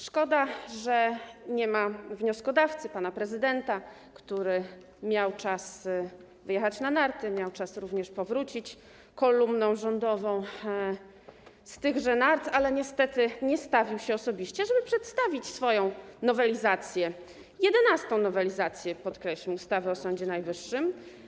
Szkoda, że nie ma wnioskodawcy, pana prezydenta, który miał czas wyjechać na narty, miał również czas powrócić kolumną rządową z tychże nart, ale niestety nie stawił się osobiście, żeby przedstawić swoją nowelizację - jedenastą nowelizację, podkreślmy - ustawy o Sądzie Najwyższym.